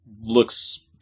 looks